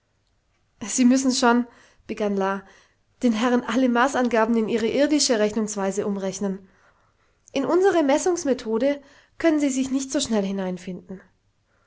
sie müssen schon begann la den herren alle maßangaben in ihre irdische rechnungsweise umrechnen in unsre messungsmethode können sie sich nicht so schnell hineinfinden